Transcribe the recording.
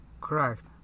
Correct